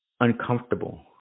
uncomfortable